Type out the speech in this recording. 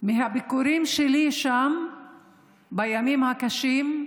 מהביקורים שלי שם בימים הקשים,